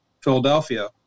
Philadelphia